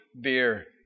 beer